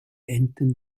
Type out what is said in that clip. enten